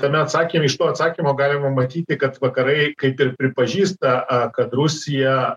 tame atsakyme iš to atsakymo galima matyti kad vakarai kaip ir pripažįsta kad rusija